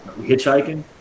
hitchhiking